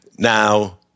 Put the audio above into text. Now